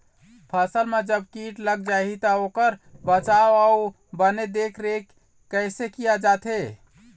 फसल मा जब कीट लग जाही ता ओकर बचाव के अउ बने देख देख रेख कैसे किया जाथे?